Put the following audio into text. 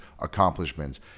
accomplishments